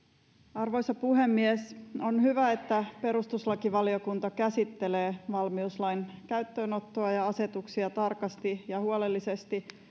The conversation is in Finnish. arvoisa puhemies on hyvä että perustuslakivaliokunta käsittelee valmiuslain käyttöönottoa ja asetuksia tarkasti ja huolellisesti